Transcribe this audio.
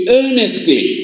earnestly